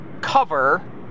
cover